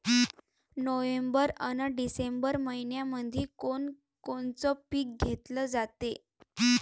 November अन December मइन्यामंधी कोण कोनचं पीक घेतलं जाते?